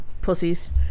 pussies